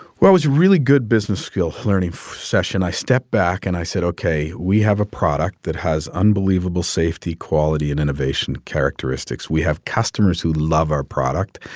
well, it was really good business skill learning session. i stepped back. and i said, ok. we have a product that has unbelievable safety, quality and innovation characteristics. we have customers who love our product.